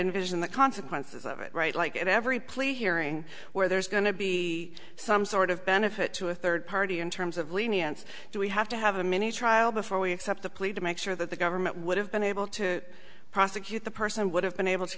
envision the consequences of it right like in every plea hearing where there's going to be some sort of benefit to a third party in terms of lenience do we have to have a mini trial before we accept the plea to make sure that the government would have been able to prosecute the person would have been able to